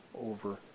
over